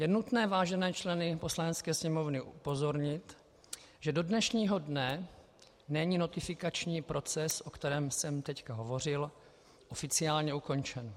Je nutné vážené členy Poslanecké sněmovny upozornit, že do dnešního dne není notifikační proces, o kterém jsem teď hovořil, oficiálně ukončen.